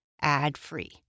ad-free